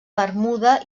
bermuda